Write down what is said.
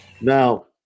Now